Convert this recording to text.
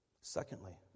Secondly